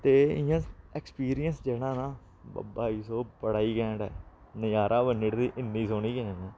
ते इ'यां ऐक्सपीरियंस जेह्ड़ा ना बब्बै दी सोह् बड़ा ई कैंट ऐ नजारा बन्नी ओड़दी इन्नी सोह्नी गेम ऐ